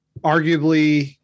arguably